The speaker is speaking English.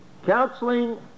Counseling